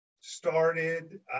started